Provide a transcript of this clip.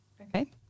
Okay